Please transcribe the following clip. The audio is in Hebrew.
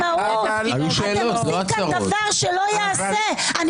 אתם עושים כאן דבר שלא ייעשה -- אני קורא אותך לסדר פעם ראשונה.